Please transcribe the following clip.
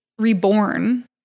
reborn